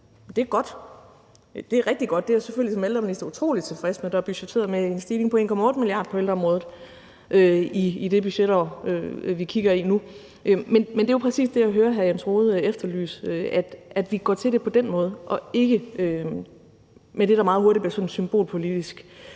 ældre, og det er rigtig godt, det er jeg selvfølgelig som ældreminister utrolig tilfreds med. Der er budgetteret med en stigning på 1,8 mia. kr. på ældreområdet i det budgetår, vi kigger ind i nu. Det er jo præcis det, jeg hører hr. Jens Rohde efterlyse, altså at vi går til det på den måde og ikke gør det på den måde, hvor det meget hurtigt bliver et symbolpolitisk